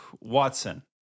Watson